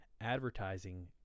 advertising